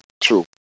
True